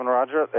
Roger